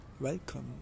Welcome